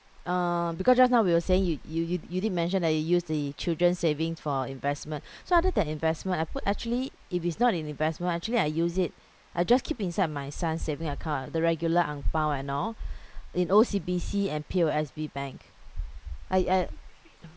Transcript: uh because just now we were saying you you you you did mention that you use the children's savings for investment so other than investment I put actually if it's not in investment actually I use it I just keep inside my son's saving account the regular ang bao and all in O_C_B_C and P_O_S_B bank I I